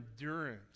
endurance